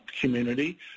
community